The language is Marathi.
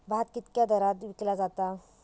भात कित्क्या दरात विकला जा?